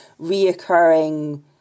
reoccurring